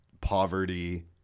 poverty